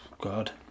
God